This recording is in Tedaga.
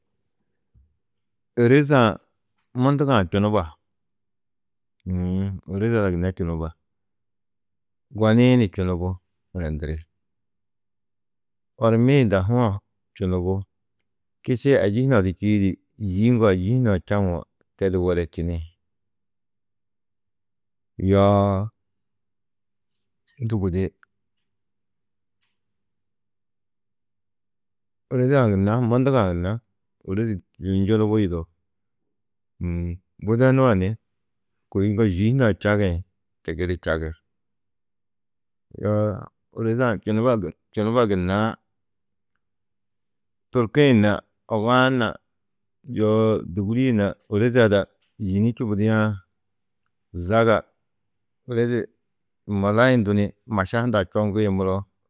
Ôreza-ã mundugã čunuba ôreza ada gunna čunuba, goni-ĩ ni čunubu werendiri ormi-ĩ dahuã čunubu, kiši ayî hunã du čîidi, yî ŋgo ayî čawo tedu werečini, yoo ndû gudi ôreza-ã gunna, mundugã gunna ôrozi njunubu yidao. widenu-ã ni kôi ŋgo yî hunã čagĩ tigiri čagi. Yoo ôreze-ã čunuba gunnaã, turki-ĩ na ogo-ã na yoo dûguli-ĩ na ôreza ada yîni čubudiã zaga ôreze mulayundu ni maša hundɑ͂ čoŋgĩ muro